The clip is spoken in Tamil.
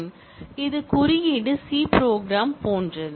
இது குறியீடு சி ப்ரோக்ராம் போன்றது